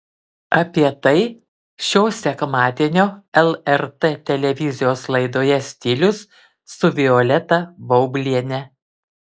apie tai šio sekmadienio lrt televizijos laidoje stilius su violeta baubliene